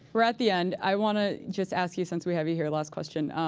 we're at the end. i want to just ask you, since we have you here, last question.